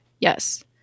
Yes